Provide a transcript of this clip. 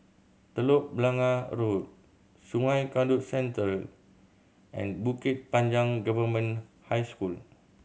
Telok Blangah Road Sungei Kadut Central and Bukit Panjang Government High School